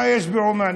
מה יש בעומאן?